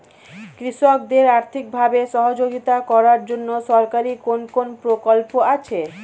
কৃষকদের আর্থিকভাবে সহযোগিতা করার জন্য সরকারি কোন কোন প্রকল্প আছে?